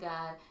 God